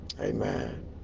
Amen